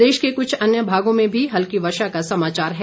प्रदेश के कुछ अन्य भागों में भी हल्की वर्षा का समाचार है